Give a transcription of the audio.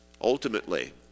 Ultimately